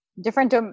different